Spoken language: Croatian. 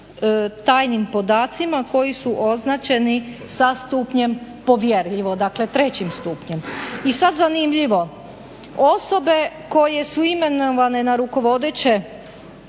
tajnim podacima koji su označeni sa stupnjem povjerljivo, dakle trećim stupnjem. I sad zanimljivo, osobe koje su imenovane na rukovodeće